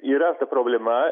yra ta problema